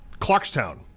Clarkstown